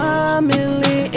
Family